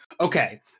Okay